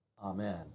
Amen